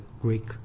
Greek